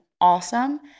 awesome